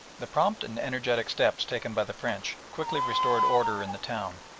the prompt and energetic steps taken by the french quickly restored order in the town,